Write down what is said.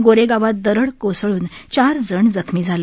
गोरेगावात दरड कोसळून चारजण जखमी झाले